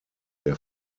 der